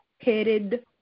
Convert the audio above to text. headed